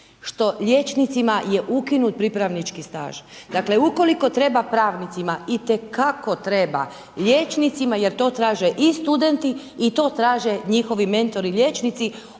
što liječnicima je ukinut pripravnički staž. Dakle, ukoliko treba pravnicima i te kako treba liječnicima jer to traže i studenti i to traže njihovi mentori liječnici,